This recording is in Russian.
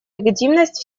легитимность